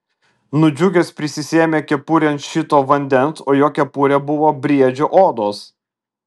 nudžiugęs prisisėmė kepurėn šito vandens o jo kepurė buvo briedžio odos